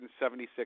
$176